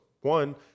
one